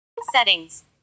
Settings